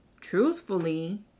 truthfully